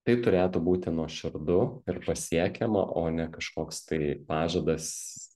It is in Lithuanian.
tai turėtų būti nuoširdu ir pasiekiama o ne kažkoks tai pažadas